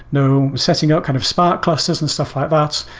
no setting up kind of spark clusters and stuff like that.